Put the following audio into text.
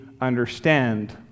understand